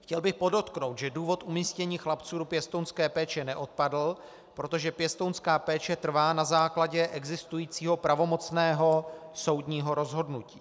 Chtěl bych podotknout, že důvod umístění chlapců do pěstounské péče neodpadl, protože pěstounská péče trvá na základě existujícího pravomocného soudního rozhodnutí.